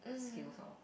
skills lor